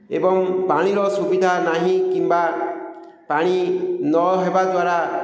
ଏବଂ ପାଣିର ସୁବିଧା ନାହିଁ କିମ୍ବା ପାଣି ନ ହେବା ଦ୍ୱାରା